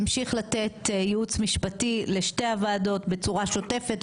המשיך לתת ייעוץ משפטי לשתי הוועדות בצורה שוטפת,